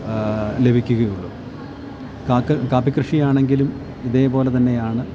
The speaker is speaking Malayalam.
ലഭിക്കുകയുള്ളൂ കാപ്പികൃഷിയാണെങ്കിലും ഇതേപോലെ തന്നെയാണ്